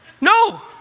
No